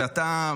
ואתה,